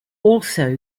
also